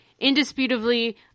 indisputably